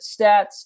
stats